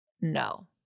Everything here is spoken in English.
no